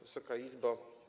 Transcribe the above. Wysoka Izbo!